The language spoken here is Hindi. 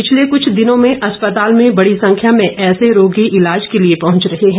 पिछले कुछ दिनों में अस्पताल में बड़ी संख्यामें ऐसे रोगी इलाज के लिए पहुंच रहे हैं